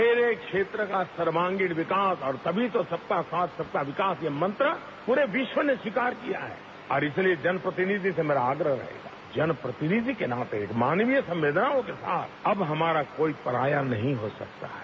मेरे क्षेत्र का सर्वागीण विकास और तभी तो सबका साथ सबका विकास ये मंत्र पूरे विश्व ने स्वीकार किया है और इसलिए जन प्रतिनिधि से मेरा आग्रह जन प्रतिनिधि के नाते मानवीय संवेदनाओं के साथ हमारा कोई पराया नहीं हो सकता है